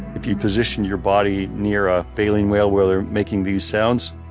if you position your body near a baleen whale where they're making these sounds,